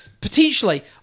Potentially